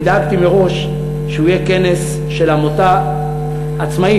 אני דאגתי מראש שהוא יהיה כנס של עמותה עצמאית,